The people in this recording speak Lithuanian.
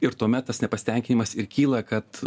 ir tuomet tas nepasitenkinimas ir kyla kad